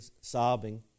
sobbing